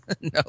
No